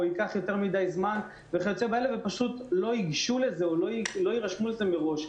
ופשוט לא יירשמו מראש.